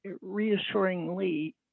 reassuringly